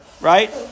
right